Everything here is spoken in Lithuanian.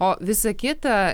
o visa kita